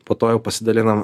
po to jau pasidalinam